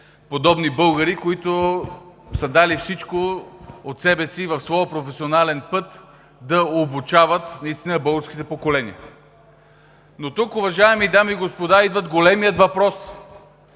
подобни българи, които са дали всичко от себе си в своя професионален път да обучават българските поколения. Тук обаче, уважаеми дами и господа, идва големият въпрос: